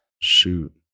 Shoot